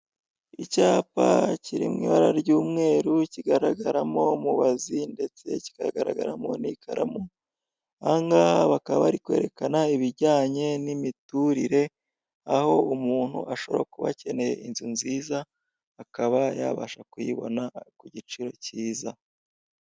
Icyapa kiri mu ibara ry'umweru kigaragaramo mubazi ndetse kikagaragaramo n'ikaramu ahanga bakaba bari kwerekana ibijyanye n'imiturire, aho umuntu ashobora kuba akeneye inzu nziza akaba yabasha kuyibona ku giciro cyiza.